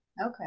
Okay